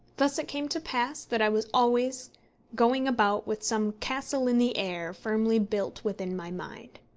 thus it came to pass that i was always going about with some castle in the air firmly built within my mind.